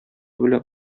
белән